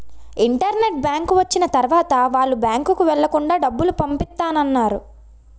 internet bank వచ్చిన తర్వాత వాళ్ళు బ్యాంకుకు వెళ్లకుండా డబ్బులు పంపిత్తన్నారు